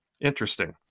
Interesting